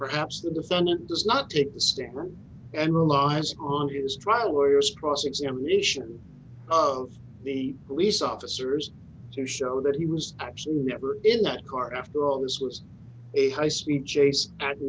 perhaps the defendant does not take the stand and realize on his trial lawyer stross examination of the police officers to show that he was actually in that car after all this was a high speed chase at